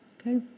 okay